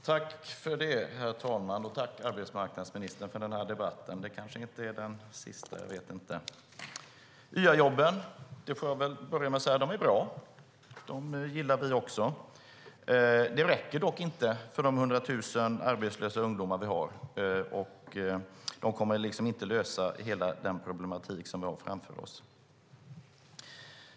Herr talman! Tack för den här debatten, arbetsmarknadsministern! Det kanske inte är den sista. Jag vet inte. Jag får börja med att säga att YA-jobben är bra. De gillar vi också. Det räcker dock inte för de 100 000 arbetslösa ungdomar vi har. De kommer inte att lösa hela den problematik vi har framför oss.